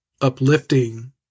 uplifting